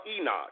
Enoch